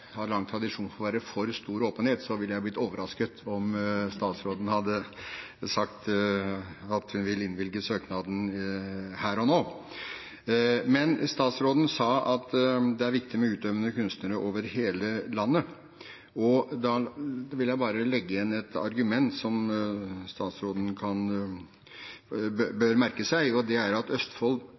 har lang tradisjon for å være for stor åpenhet, ville jeg blitt overrasket om statsråden hadde sagt at hun vil innvilge søknaden her og nå. Men statsråden sa at det er viktig med utøvende kunstnere over hele landet. Da vil jeg bare legge igjen et argument som statsråden bør merke seg, og det er at Østfold